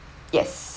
yes